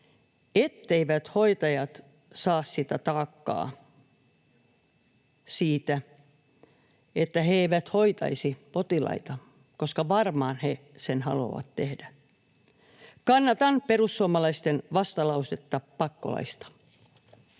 etteivät hoitajat saa sitä taakkaa siitä, että he eivät hoitaisi potilaita, koska varmaan he sen haluavat tehdä. Kannatan perussuomalaisten vastalausetta pakkolaista.